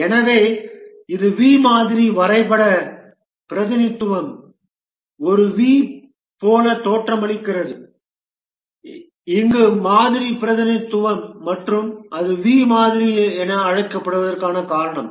எனவே இது V மாதிரியின் வரைபட பிரதிநிதித்துவம் ஒரு V போல தோற்றமளிக்கிறது இங்கு மாதிரி பிரதிநிதித்துவம் மற்றும் அது V மாதிரி என அழைக்கப்படுவதற்கான காரணம்